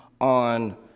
on